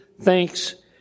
thanks